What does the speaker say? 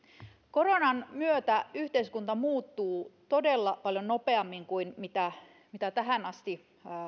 koronan myötä yhteiskunta muuttuu todella paljon nopeammin kuin tähän asti